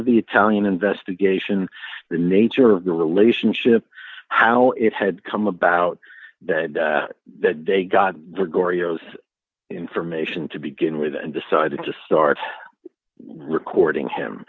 of the italian investigation the nature of the relationship how it had come about that they got the gory oath information to begin with and decided to start recording him